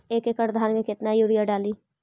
एक एकड़ धान मे कतना यूरिया डाली?